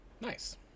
nice